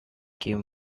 came